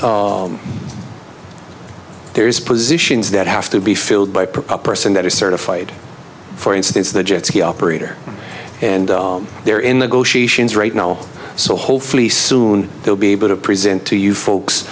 there is positions that have to be filled by per person that are certified for instance the jet ski operator and they're in the right now so hopefully soon they'll be able to present to you folks